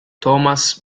thomas